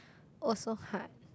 also hard